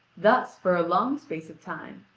thus, for a long space of time,